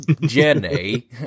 Jenny